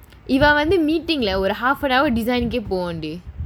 இவ வந்து:iva vanthu meeting leh ஒரு:oru half an hour design னுக்கே போவுண்டி:nukka povundi